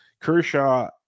kershaw